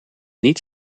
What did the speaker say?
niet